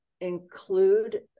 include